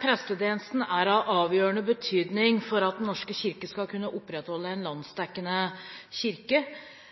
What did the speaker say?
Prestetjenesten er av avgjørende betydning for at Den norske kirke skal kunne opprettholdes som en landsdekkende kirke.